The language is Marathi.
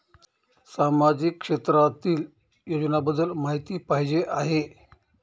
सामाजिक क्षेत्रातील योजनाबद्दल माहिती पाहिजे आहे?